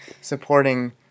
supporting